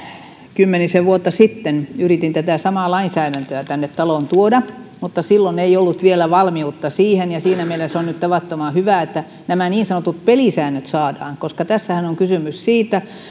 kymmenisen vuotta sitten yritin tätä samaa lainsäädäntöä tänne taloon tuoda mutta silloin ei ollut vielä valmiutta siihen siinä mielessä on nyt tavattoman hyvä että nämä niin sanotut pelisäännöt saadaan koska tässähän on kysymys siitä